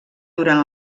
durant